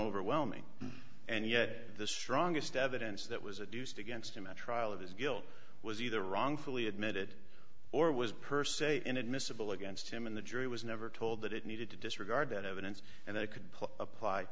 overwhelming and yet the strongest evidence that was a deuced against him at trial of his guilt was either wrongfully admitted or was per se inadmissible against him and the jury was never told that it needed to disregard that evidence and they could put apply